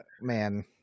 man